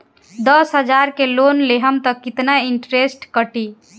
दस हजार के लोन लेहम त कितना इनट्रेस कटी?